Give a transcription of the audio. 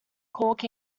cork